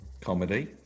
Comedy